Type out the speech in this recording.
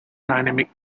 dynamic